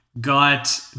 got